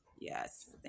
Yes